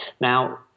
Now